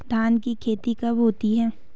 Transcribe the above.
धान की खेती कब होती है?